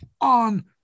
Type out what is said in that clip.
on